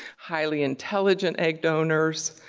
highly intelligent egg donors.